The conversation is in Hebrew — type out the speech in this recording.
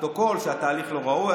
לפרוטוקול שהתהליך לא ראוי.